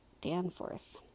Danforth